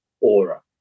aura